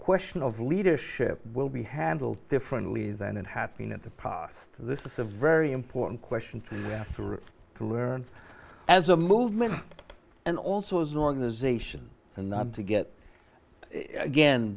question of leadership will be handled differently than it has been in the past this is a very important question to learn as a movement and also as an organization and not to get again